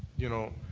you know,